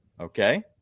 Okay